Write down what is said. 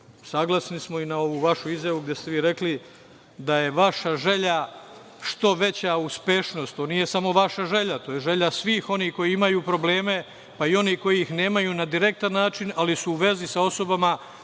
smo i na ovu vašu izjavu gde se rekli da je vaša želja što veća uspešnost. To nije samo vaša želja. To je želja svih onih koji imaju probleme, pa i onih koji ih nemaju na direktan način, ali su u vezi sa osobama